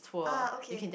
ah okay